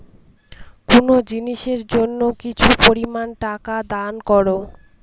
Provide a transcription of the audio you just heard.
কোনো জিনিসের জন্য কিছু পরিমান টাকা দান করো